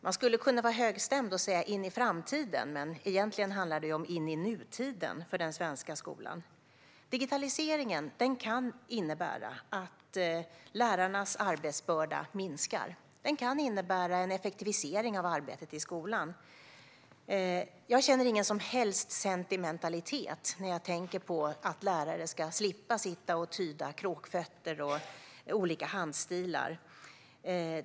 Man skulle kunna vara högstämd och säga att det är ett steg in i framtiden. Men egentligen handlar det om ett steg in i nutiden för den svenska skolan. Digitaliseringen kan innebära att lärarnas arbetsbörda minskar. Den kan innebära en effektivisering av arbetet i skolan. Jag känner ingen som helst sentimentalitet när jag tänker på att lärare ska slippa sitta och tyda kråkfötter och olika handstilar.